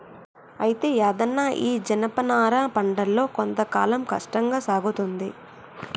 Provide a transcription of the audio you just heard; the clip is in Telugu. అయితే యాదన్న ఈ జనపనార పంటలో కొంత కాలం కష్టంగా సాగుతుంది